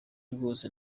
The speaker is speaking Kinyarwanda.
rwose